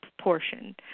portion